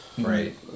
right